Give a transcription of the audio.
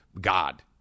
God